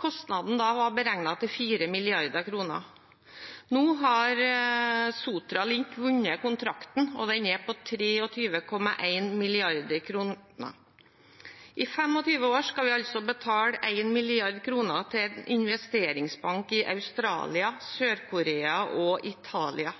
Kostnaden da var beregnet til 4 mrd. kr. Nå har Sotra Link vunnet kontrakten, og den er på 23,1 mrd. kr. I 25 år skal vi altså betale 1 mrd. kr til en investeringsbank i Australia, Sør-Korea og Italia.